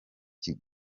icyo